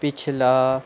पिछला